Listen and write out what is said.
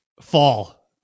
Fall